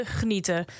genieten